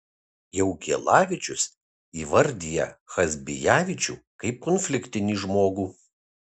jaugielavičius įvardija chazbijavičių kaip konfliktinį žmogų